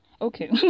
okay